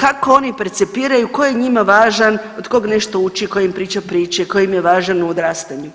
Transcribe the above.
kako oni percipiraju, tko je njima važan, od kog nešto uče, tko im priča priče, tko im je važan u odrastanju?